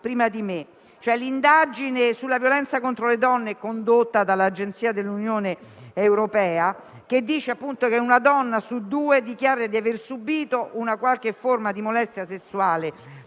prima di me ricordava. L'indagine sulla violenza contro le donne condotta dall'Agenzia dell'Unione europea dice che una donna su due dichiara di aver subito una qualche forma di molestia sessuale